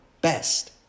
best